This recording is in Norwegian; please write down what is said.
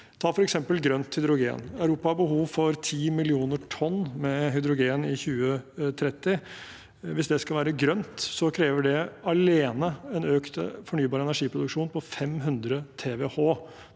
Ta f.eks. grønt hydrogen: Europa har behov for 10 millioner tonn med hydrogen i 2030. Hvis det skal være grønt, krever det alene en økt fornybar energiproduksjon på 500 TWh.